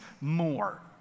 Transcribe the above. more